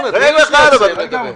מ-5%.